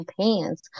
Pants